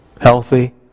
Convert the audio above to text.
healthy